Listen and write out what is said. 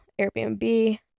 Airbnb